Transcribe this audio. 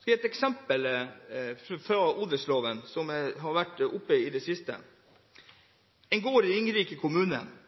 Jeg vil ta et eksempel – som har vært oppe i det siste – på hvordan odelsloven kan slå ut: På en